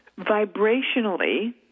vibrationally